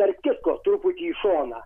tarp kitko truputį į šoną